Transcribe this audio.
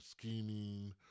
scheming